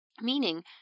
meaning